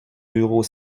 bureau